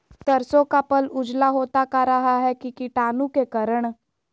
सरसो का पल उजला होता का रहा है की कीटाणु के करण?